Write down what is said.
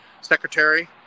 secretary